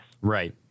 right